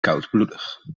koudbloedig